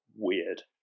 weird